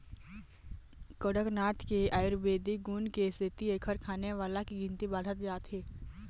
कड़कनाथ के आयुरबेदिक गुन के सेती एखर खाने वाला के गिनती बाढ़त जात हे